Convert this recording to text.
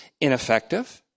ineffective